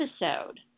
episode